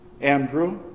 Andrew